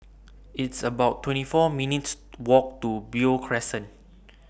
It's about twenty four minutes' Walk to Beo Crescent